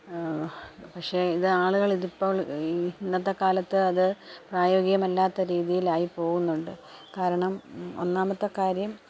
പക്ഷെ ഇത് ആളുകൾ ഇത് ഇപ്പോൾ ഈ ഇന്നത്തെക്കാലത്ത് അത് പ്രായോഗികമല്ലാത്ത രീതിയിലായി പോവുന്നുണ്ട് കാരണം ഒന്നാമത്തെ കാര്യം